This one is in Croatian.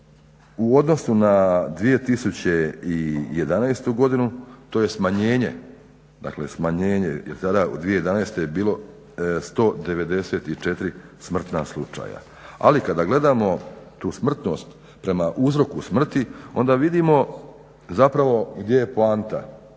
U odnosu na 2011. godinu to je smanjenje, dakle smanjenje jer tada 2011. je bilo 194 smrtna slučaja. Ali kada gledamo tu smrtnost prema uzroku smrti onda vidimo zapravo gdje je poanta.